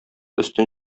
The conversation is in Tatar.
өстен